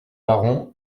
baron